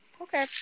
okay